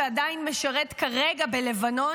שעדיין משרת כרגע בלבנון,